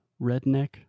redneck